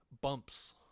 bumps